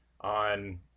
on